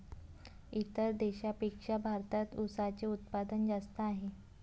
इतर देशांपेक्षा भारतात उसाचे उत्पादन जास्त आहे